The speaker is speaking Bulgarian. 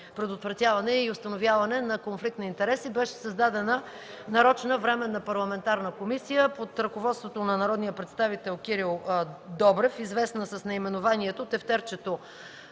предотвратяване и установяване конфликт на интереси, беше създадена нарочна Временна парламентарна комисия под ръководството на народния представител Кирил Добрев, известна с наименованието „Комисия